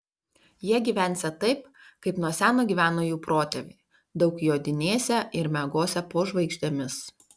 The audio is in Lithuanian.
jie gyvensią taip kaip nuo seno gyveno jų protėviai daug jodinėsią ir miegosią po žvaigždėmis